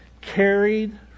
carried